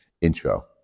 intro